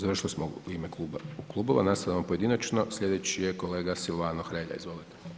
Završili smo u ime klubova, nastavljamo pojedinačno, slijedeći je kolega Silvano Hrelja, izvolite.